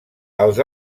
els